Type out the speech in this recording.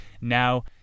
now